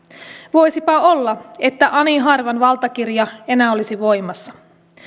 voisipa olla että ani harvan valtakirja enää olisi voimassa